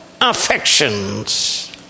affections